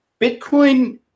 Bitcoin